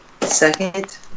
Second